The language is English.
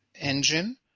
engine